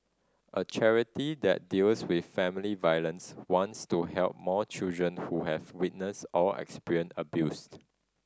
a charity that deals with family violence wants to help more children who have witnessed or experienced abuse